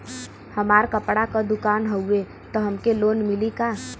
हमार कपड़ा क दुकान हउवे त हमके लोन मिली का?